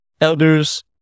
elders